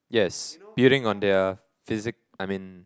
yes building on their physique I mean